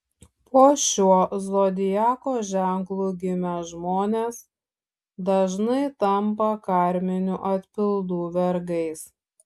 po šiuo zodiako ženklu gimę žmonės dažnai tampa karminių atpildų vergais